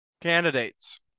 candidates